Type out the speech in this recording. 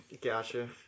Gotcha